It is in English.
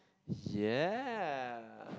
ya